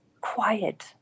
quiet